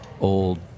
old